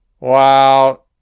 Wow